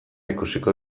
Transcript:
ikusiko